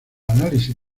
análisis